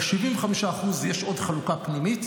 ב-75% יש עוד חלוקה פנימית,